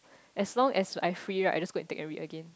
as long as I free like I just go and take and read again